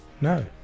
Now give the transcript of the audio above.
No